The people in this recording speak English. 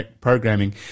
programming